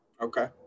Okay